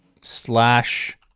Slash